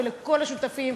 לכל השותפים,